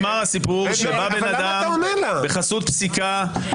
נגמר הסיפור ובא בן אדם בחסות פסיקה -- למה אתה עונה לה?